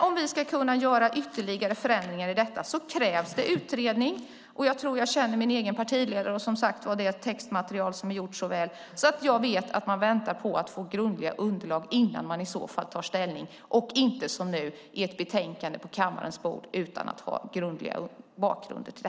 Om vi ska kunna förändra ytterligare krävs en utredning. Jag tror att jag känner min partiledare och textmaterialet så väl att jag vet att man väntar på ett grundligare underlag innan man tar ställning, och inte gör det utifrån ett betänkande på kammarens bord utan grundlig bakgrund.